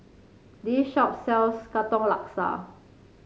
this shop sells Katong Laksa